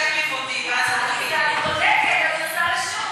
שיחליף אותי, במקומי, אני בודקת, אני עושה רישום.